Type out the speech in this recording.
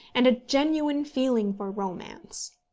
and a genuine feeling for romance.